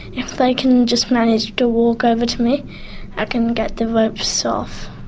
if they can just manage to walk over to me i can get the ropes off.